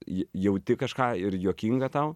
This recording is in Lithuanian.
ja jauti kažką ir juokinga tau